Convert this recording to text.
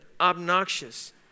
obnoxious